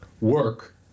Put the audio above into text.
work